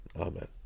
Amen